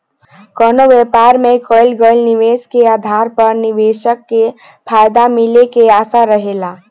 कवनो व्यापार में कईल गईल निवेश के आधार पर निवेशक के फायदा मिले के आशा रहेला